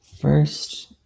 first